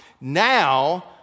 Now